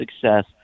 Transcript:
success